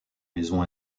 maison